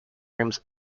rooms